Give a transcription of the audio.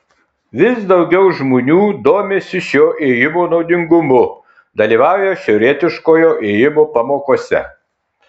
vis daugiau žmonių domisi šio ėjimo naudingumu dalyvauja šiaurietiškojo ėjimo pamokose